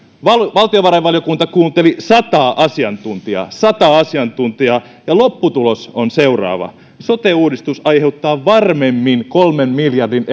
valtiovarainvaliokunta kuunteli sataa asiantuntijaa sataa asiantuntijaa ja lopputulos on seuraava sote uudistus aiheuttaa varmemmin kolmen miljardin